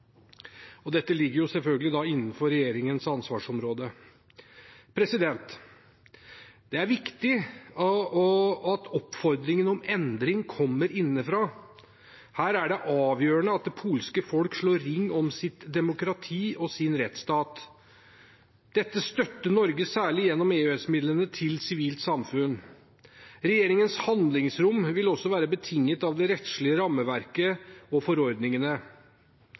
dette ligger selvfølgelig innenfor regjeringens ansvarsområde. Det er viktig at oppfordringen om endring kommer innenfra. Her er det avgjørende at det polske folk slår ring om sitt demokrati og sin rettsstat. Dette støtter Norge, særlig gjennom EØS-midlene til sivilt samfunn. Regjeringens handlingsrom vil også være betinget av det rettslige rammeverket og forordningene.